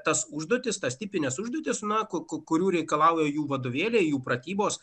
tas užduotis tas tipines užduotis na kuku kurių reikalauja jų vadovėliai jų pratybos